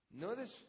Notice